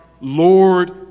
Lord